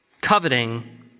coveting